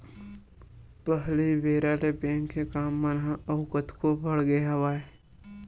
पहिली बेरा ले बेंक के काम मन ह अउ कतको बड़ गे हवय